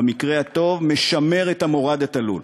במקרה הטוב, הוא משמר את המורד התלול.